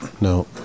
No